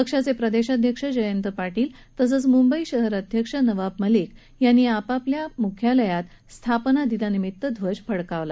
पक्षाचे प्रदेशाध्यक्ष जयंत पाटील तसंच मुंबई शहर अध्यक्ष नवाब मलिक यांनी आपापल्या मुख्यालयात स्थापना दिनानमित्त ध्वज फडकावला